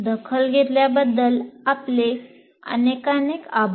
दखल घेतल्याबद्दल आपले अनेकानेक आभार